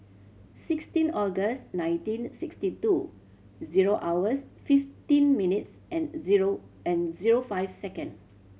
sixteen August nineteen sixty two zero hours fifteen minutes and zero and zero five second